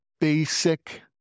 basic